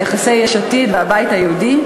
על יחסי יש עתיד והבית היהודי,